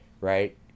right